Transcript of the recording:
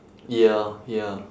ya ya